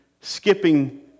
skipping